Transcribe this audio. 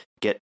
get